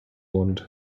want